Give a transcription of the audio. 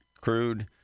crude